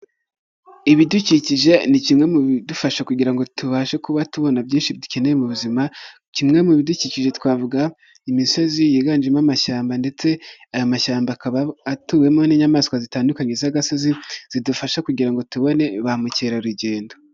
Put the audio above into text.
Ibidukikije ni kimwe mu bidufasha kugira ngo tubashe kuba tubona byinshi dukeneye mu buzima, kimwe mu bidukije twavuga imisozi yiganjemo amashyamba, ndetse aya mashyamba akaba atuwemo n'inyamaswa zitandukanye z'agasozi, zidufasha kugira ngo tubone ba mukerarugendo.